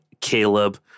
caleb